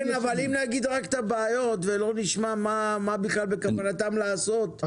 אם נגיד רק את הבעיות ולא נשמע מה בכוונתם לעשות,